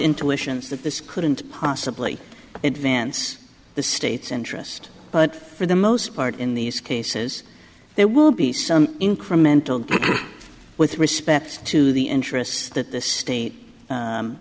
intuitions that this couldn't possibly advance the state's interest but for the most part in these cases there will be some incremental with respect to the interests that the state